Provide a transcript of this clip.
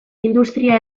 industria